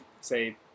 say